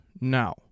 now